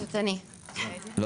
את